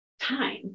time